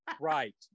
Right